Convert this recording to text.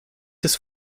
des